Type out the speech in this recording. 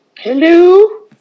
Hello